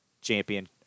champion